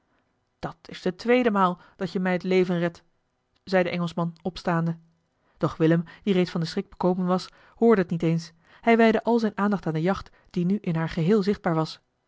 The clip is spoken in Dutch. dat is de tweede maal dat je mij het leven redt zei de engelschman opstaande doch willem die reeds van den schrik bekomen was hoorde het niet eens hij wijdde al zijne aandacht aan de jacht die nu in haar geheel zichtbaar was